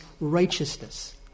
righteousness